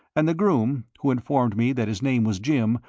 and the groom, who informed me that his name was jim,